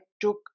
took